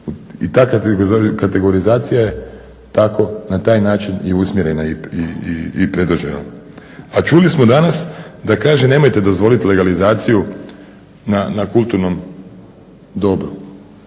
I ta kategorizacija je tako, na taj način i usmjerena i predočena. A čuli smo danas da kaže nemojte dozvolit legalizaciju na kulturnom dobru